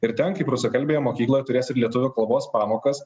ir ten kaip rusakalbėje mokykloje turės ir lietuvių kalbos pamokas